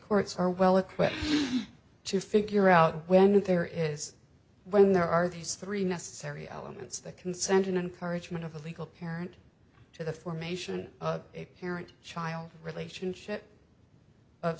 courts are well equipped to figure out when there is when there are these three necessary elements the consent and encouragement of a legal parent to the formation of a parent child relationship of